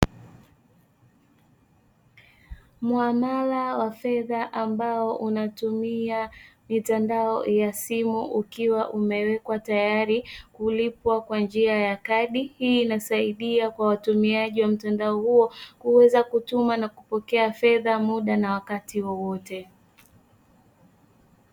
Muamala wa fedha ambao unatumia mitandao ya simu ukiwa umewekwa tayari kulipwa kwa njia ya kadi. Hii inasaidia kwa watumiaji wa mtandao huo kuweza kutuma na kupokea fedha mda na wakati wowote.